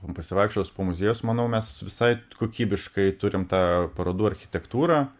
pasivaikščiojus po muziejus manau mes visai kokybiškai turim tą parodų architektūrą